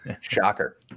Shocker